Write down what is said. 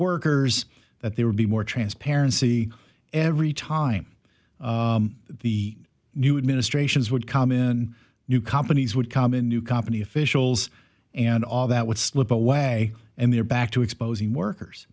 workers that there would be more transparency every time the new administrations would come in new companies would come in new company officials and all that would slip away and they're back to exposing workers